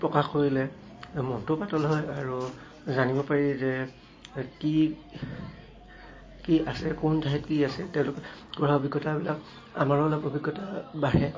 প্ৰকাশ কৰিলে মনটো পাতল হয় আৰু জানিব পাৰি যে কি কি আছে কোন ঠাইত কি আছে তেওঁলোকে কৰা অভিজ্ঞতাবিলাক আমাৰো অলপ অভিজ্ঞতা বাঢ়ে